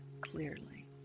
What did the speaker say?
clearly